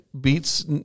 beats